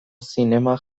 zinema